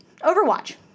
Overwatch